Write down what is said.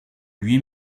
lui